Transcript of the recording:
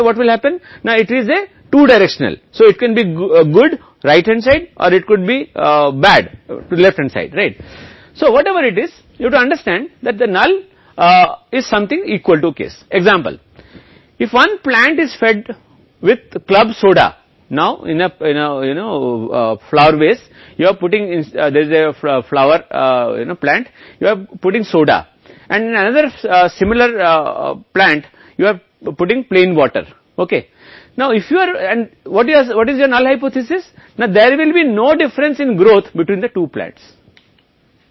तो जो कुछ भी आपको यह समझना है कि अशक्त उदाहरण के समान है यदि एक पैंट है इस फूल को फूलदान मैं लगा रहे हैं और सोडा डाल रहे हैं और इसी तरह का एक और प्लांट लगाकर आप सादे पानी डाल रहे हैं क्या हमें आपकी अशक्त परिकल्पना है कि दोनों पौधों के बीच वृद्धि में कोई अंतर नहीं होगा इसका मतलब यह है कि अगर मैं पानी या सोडा पर मुकदमा कर रहा हूं तो इससे कोई असर नहीं पड़ता है यह पौधे की वृद्धि होगी